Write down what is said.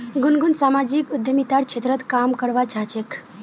गुनगुन सामाजिक उद्यमितार क्षेत्रत काम करवा चाह छेक